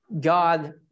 God